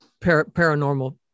paranormal